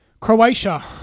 Croatia